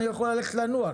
אני יכול ללכת לנוח.